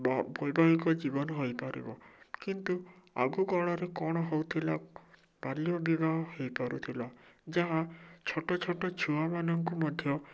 ବା ବୈବାହିକ ଜୀବନ ହୋଇପାରିବ କିନ୍ତୁ ଆଗକାଳରେ କ'ଣ ହଉଥିଲା ବାଲ୍ୟ ବିବାହ ହେଇପାରୁଥିଲା ଯାହା ଛୋଟ ଛୋଟ ଛୁଆମାନଙ୍କୁ ମଧ୍ୟ